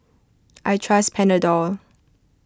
I trust Panadol